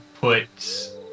put